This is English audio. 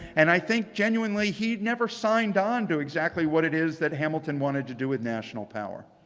and i think genuinely he'd never signed on to exactly what it is that hamilton wanted to do with national power.